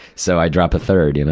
so, i drop a third, you know?